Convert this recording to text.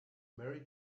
mary